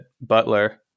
Butler